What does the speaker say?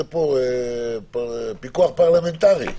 פיקוח פרלמנטרי.